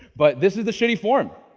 but this is the sh tty form,